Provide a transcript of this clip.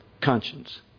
Conscience